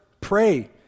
Pray